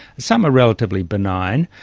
some are relatively benign,